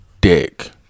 Dick